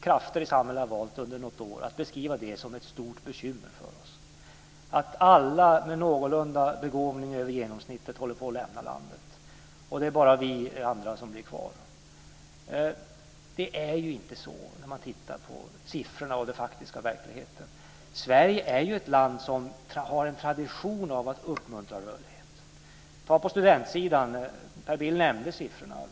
Krafter i samhället har nu under något år valt att beskriva detta som ett stort bekymmer för oss - att alla med en begåvning någorlunda över genomsnittet håller på att lämna landet och bara vi andra blir kvar. Det är ju inte så när man tittar på siffrorna och den faktiska verkligheten. Sverige är ju ett land med en tradition av att uppmuntra rörlighet. Titta på studentsidan! Per Bill nämnde siffrorna.